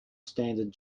standard